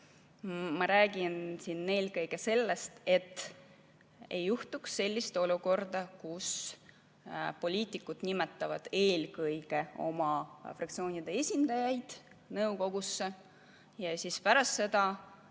Ma räägin eelkõige sellest, et ei juhtuks sellist olukorda, kus poliitikud nimetavad eelkõige oma fraktsioonide esindajaid nõukogusse ja pärast seda